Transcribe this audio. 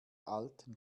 alten